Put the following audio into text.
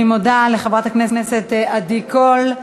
אני מודה לחברת הכנסת עדי קול.